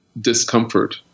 discomfort